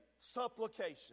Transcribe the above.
supplication